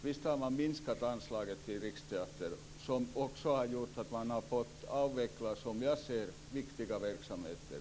Visst har anslagen minskat till Riksteatern, vilket också gjort att man fått avveckla, som jag ser det, viktiga verksamheter.